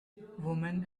women